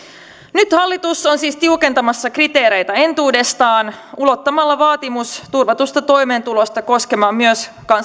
nyt hallitus on siis tiukentamassa kriteereitä entuudestaan ulottamalla vaatimuksen turvatusta toimeentulosta koskemaan myös kansainvälistä suojelua